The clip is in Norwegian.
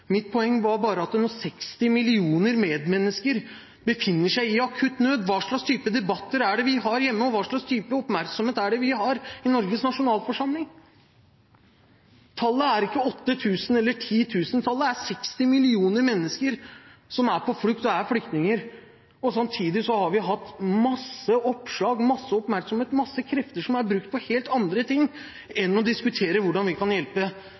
Mitt poeng var bare at når 60 millioner medmennesker befinner seg i akutt nød – hva slags type debatter er det vi har hjemme, og hva slags type oppmerksomhet er det vi har i Norges nasjonalforsamling? Tallet er ikke 8 000 eller 10 000. Tallet er 60 millioner mennesker som er på flukt, som er flyktninger. Samtidig har vi hatt mange oppslag om og mye oppmerksomhet – og mange krefter har vært brukt – på helt andre ting enn å diskutere hvordan vi kan hjelpe